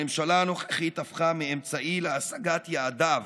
הממשלה הנוכחית הפכה מאמצעי להשגת יעדיו